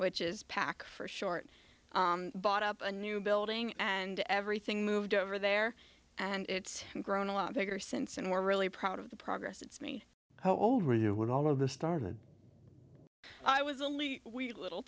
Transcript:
which is packed for short bought up a new building and everything moved over there and it's grown a lot bigger since and we're really proud of the progress it's me oh all right here with all of this started i was only wee little